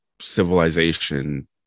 civilization